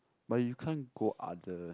but you can't go other